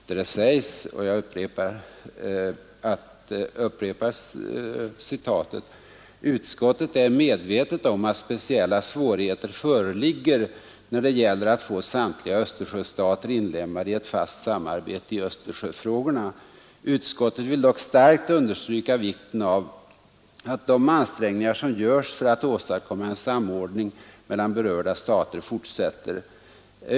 Det sägs där: ”Utskottet är medvetet om att speciella svårigheter föreligger när det gäller att få samtliga Östersjöstater inlemmade i ett fast samarbete i Östersjöfrågorna. Utskottet vill dock starkt understryka vikten av de ansträngningar som görs för att åstadkomma en samordning mellan berörda stater fortsätter.